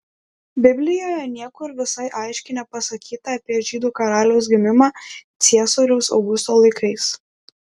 biblijoje niekur visai aiškiai nepasakyta apie žydų karaliaus gimimą ciesoriaus augusto laikais